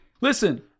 Listen